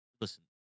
Listen